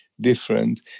different